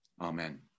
Amen